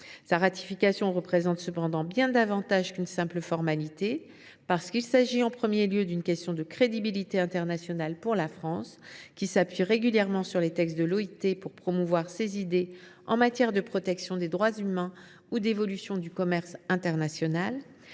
convention représente cependant bien davantage qu’une simple formalité. Il y va, en premier lieu, de la crédibilité internationale de la France, laquelle s’appuie régulièrement sur les textes de l’OIT pour promouvoir ses idées en matière de protection des droits humains ou d’évolution du commerce international.